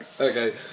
okay